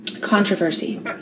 controversy